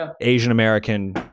Asian-American